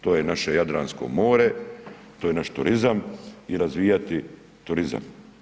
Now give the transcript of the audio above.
To je naše Jadransko more, to je naš turizam i razvijati turizam.